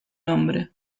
nombre